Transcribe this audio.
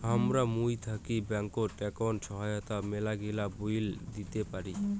হামরা মুই থাকি ব্যাঙ্কত একাউন্টের সহায়তায় মেলাগিলা বিল দিতে পারি